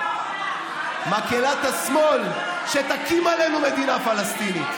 מקהלת השמאל שתקים עלינו מדינה פלסטינית,